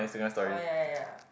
orh ya ya